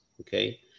okay